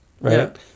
right